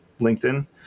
LinkedIn